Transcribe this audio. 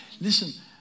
listen